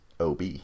OB